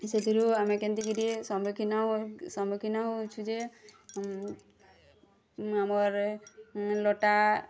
ସେଥିରୁ ଆମେ କେନ୍ତିକିରି ସମୁଖୀନ ସମୁଖୀନ ହେଉଛୁ ଯେ ନୂଆମରେ ଟା